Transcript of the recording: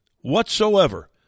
whatsoever